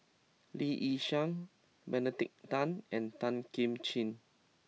Lee Yi Shyan Benedict Tan and Tan Kim Ching